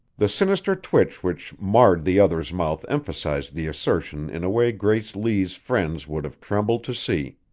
the sinister twitch which marred the other's mouth emphasized the assertion in a way grace lee's friends would have trembled to see.